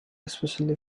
especially